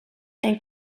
and